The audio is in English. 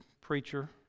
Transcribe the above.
preacher